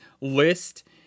list